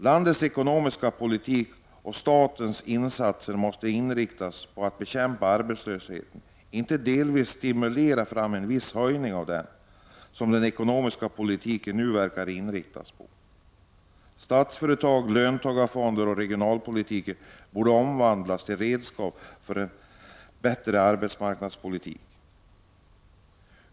Landets ekonomiska politik och statens insatser måste inriktas på att bekämpa arbetslösheten, inte delvis stimulera fram en viss höjning av denna, som den ekonomiska politiken nu verkar inriktad på. Statsföretag, löntagarfonder och regionalpolitik borde omvandlas till redskap för en bättre arbetsmarknadspolitik.